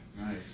Nice